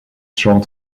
short